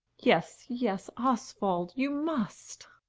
yes, yes, oswald, you must!